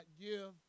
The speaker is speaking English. give